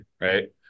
right